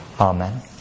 Amen